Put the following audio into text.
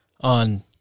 on